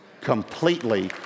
Completely